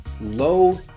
low